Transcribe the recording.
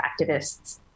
activists